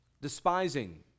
despising